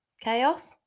Chaos